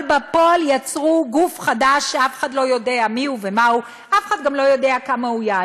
אבל בפועל יצרו גוף חדש שאף אחד לא יודע מי הוא ומה הוא,